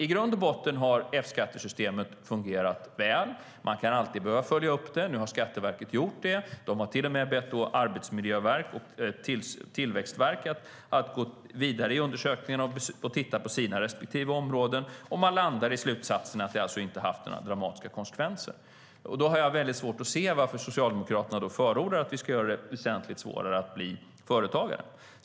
I grund och botten har alltså F-skattesystemet fungerat väl. Man kan alltid behöva göra uppföljningar, och nu har Skatteverket gjort det. De har till och med bett arbetsmiljöverk och tillväxtverk att gå vidare i undersökningen och titta på sina respektive områden, och man landar alltså i slutsatsen att det inte har haft några dramatiska konsekvenser. Då har jag svårt att se varför Socialdemokraterna förordar att vi ska göra det väsentligt svårare att bli företagare.